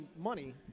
money